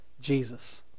Jesus